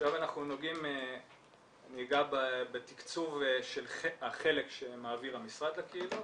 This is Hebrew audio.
עכשיו אני אגע בתקצוב של החלק שמעביר המשרד לקהילות.